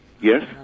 Yes